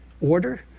order